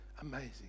Amazing